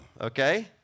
okay